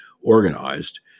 organized